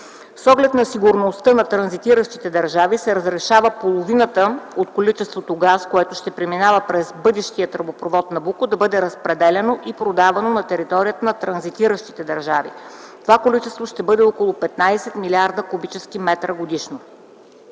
С оглед на сигурността, на транзитиращите държави се разрешава половината от количеството газ, което ще преминава през бъдещия тръбопровод „Набуко” да бъде разпределяно и продавано на териториите на транзитиращите държави. Това количество ще бъде около 15 милиарда кубични метра годишно.